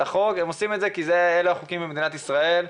החוק עושים את זה כי אלה החוקים במדינת ישראל,